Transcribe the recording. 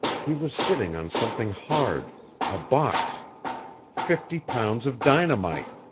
he was sitting on something hard a box fifty pounds of dynamite!